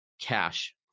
cash